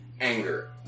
Anger